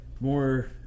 more